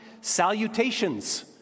salutations